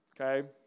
Okay